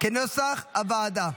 כנוסח הוועדה.